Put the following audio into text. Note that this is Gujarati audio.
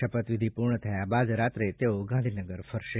શપથવિધિ પૂર્ણ થયા બાદ રાત્રે તેઓ ગાંધીનગર પરત ફરશે